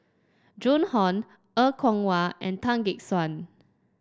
Joan Hon Er Kwong Wah and Tan Gek Suan